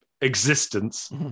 existence